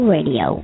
Radio